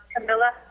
Camilla